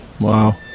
Wow